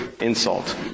insult